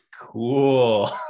Cool